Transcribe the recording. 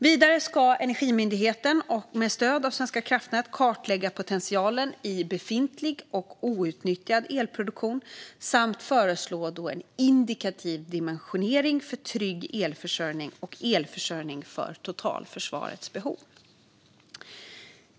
Vidare ska Energimyndigheten med stöd av Svenska kraftnät kartlägga potentialen i befintlig och outnyttjad elproduktion och föreslå en indikativ dimensionering för trygg elförsörjning och elförsörjning för totalförsvarets behov.